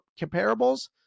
comparables